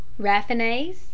raffinase